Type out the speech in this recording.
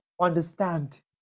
understand